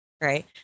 right